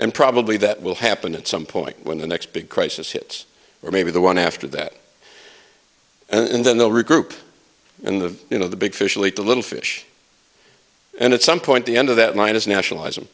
and probably that will happen at some point when the next big crisis hits or maybe the one after that and then they'll regroup and the you know the big fish will eat the little fish and at some point the end of that line is nationali